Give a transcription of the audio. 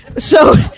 so.